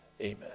Amen